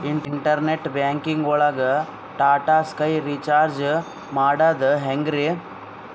Internet banking ಒಳಗ್ Tata sky recharge ಮಾಡದ್ ಹೆಂಗ್ರೀ?